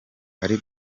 ari